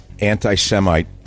anti-Semite